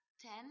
ten